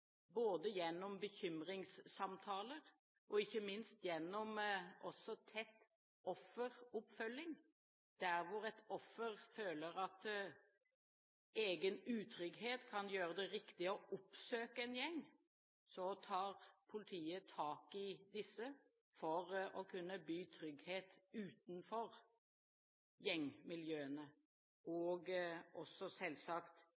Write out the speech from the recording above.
både gjennom bekymringssamtaler og ikke minst også gjennom tett offeroppfølging der hvor et offer føler at egen utrygghet kan gjøre det riktig å oppsøke en gjeng. Da tar politiet tak i dem for å kunne tilby trygghet utenfor gjengmiljøene og selvsagt